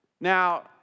Now